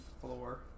floor